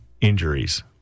injuries